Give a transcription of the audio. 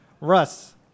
Russ